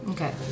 Okay